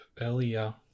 earlier